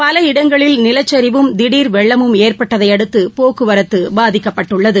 பல இடங்களில் நிலச்சிவும் திடர் வெள்ளமும் ஏற்பட்டதை அடுத்து போக்குவரத்து பாதிக்கப்பட்டுள்ளது